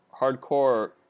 hardcore